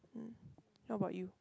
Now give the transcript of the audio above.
mm how about you